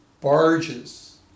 barges